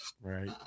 Right